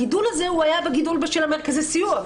הגידול הזה היה גידול בשל מרכזי הסיוע,